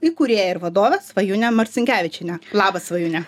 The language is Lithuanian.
įkūrėja ir vadovė svajūnė marcinkevičienė labas svajūne